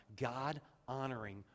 God-honoring